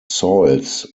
soils